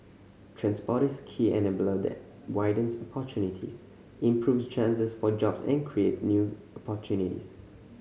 transport is a key enabler that widens opportunities improves chances for jobs and create new opportunities